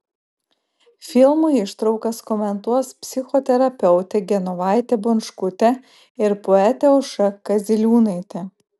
filmų ištraukas komentuos psichoterapeutė genovaitė bončkutė ir poetė aušra kaziliūnaitė